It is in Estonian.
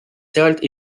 sealt